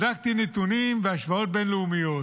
בדקתי נתונים והשוואות בין-לאומיות,